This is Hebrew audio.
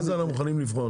מה זה "מוכנים לבחון".